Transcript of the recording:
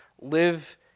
Live